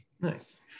Nice